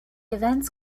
events